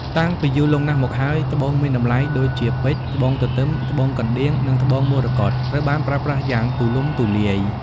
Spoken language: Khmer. តាំងពីយូរលង់ណាស់មកហើយ ត្បូងមានតម្លៃដូចជាពេជ្រ ត្បូងទទឹម ត្បូងកណ្ដៀង និងត្បូងមរកត ត្រូវបានប្រើប្រាស់យ៉ាងទូលំទូលាយ។